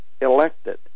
elected